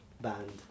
band